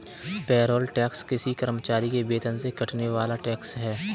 payroll tax किसी कर्मचारी के वेतन से कटने वाला टैक्स है